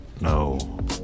no